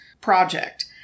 project